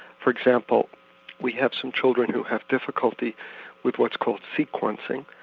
for example we have some children who have difficulty with what's called sequencing.